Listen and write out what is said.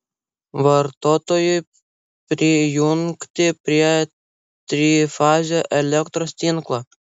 vartotojui prijungti prie trifazio elektros tinklo